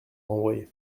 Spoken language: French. renvoyer